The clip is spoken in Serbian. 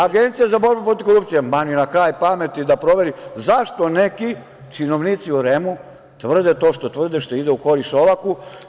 Agencija za borbu protiv korupcije, ma ni na kraj pameti da proveri zašto neki činovnici u REM-u tvrde to što tvrde, što ide u korist Šolaku.